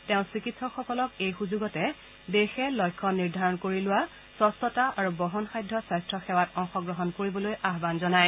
তেওঁ চিকিৎসকসকলক এই সুযোগতে দেশে লক্ষ্য নিৰ্ধাৰণ কৰা স্ক্ছতা আৰু বহনসাধ্য স্বাস্থ্য সেৱাত অংশগ্ৰহণ কৰিবলৈ আহান জনায়